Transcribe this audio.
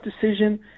decision